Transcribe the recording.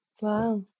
Wow